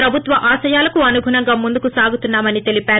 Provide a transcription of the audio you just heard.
ప్రభుత్వ ఆశయాలకు అనుగుణంగా ముందుకు సాగుతున్నా మని తెలిపారు